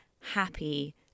happy